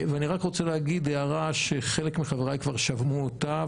ואני רק רוצה לומר הערה שחלק מחבריי כבר שמעו אותה,